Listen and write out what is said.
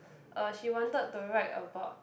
uh she wanted to write about